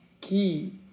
Key